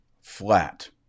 flat